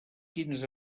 quines